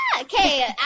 Okay